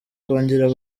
kongera